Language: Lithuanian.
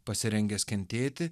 pasirengęs kentėti